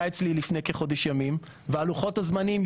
אצלי לפני חודש ימים ולוחות הזמנים,